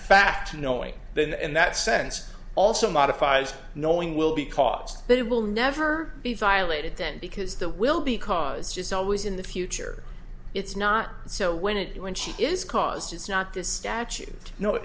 fact knowing then and that sense also modifies knowing will because they will never be violated then because there will be cause just always in the future it's not so when it when she is caused is not this statute no